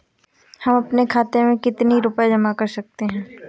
हम अपने खाते में कितनी रूपए जमा कर सकते हैं?